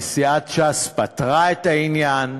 כי סיעת ש"ס פתרה את העניין,